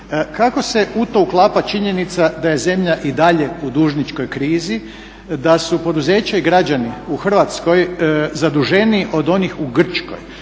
Kako se u to uklapa činjenica da je zemlja i dalje u dužničkoj krizi, da su poduzeće i građani u Hrvatskoj zaduženiji od onih i Grčkoj,